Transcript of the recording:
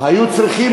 היו צריכים